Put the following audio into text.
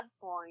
point